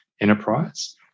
enterprise